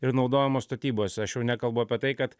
ir naudojamos statybose aš jau nekalbu apie tai kad